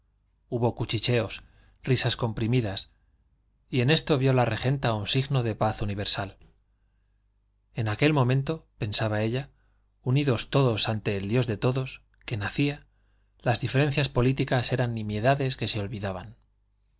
hubo cuchicheos risas comprimidas y en esto vio la regenta un signo de paz universal en aquel momento pensaba ella unidos todos ante el dios de todos que nacía las diferencias políticas eran nimiedades que se olvidaban